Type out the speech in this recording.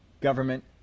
government